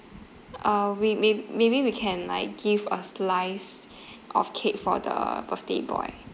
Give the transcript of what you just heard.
uh we may~ maybe we can like give a slice of cake for the birthday boy